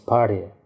Party